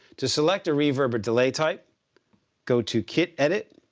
to select a reverb or delay type go to kit edit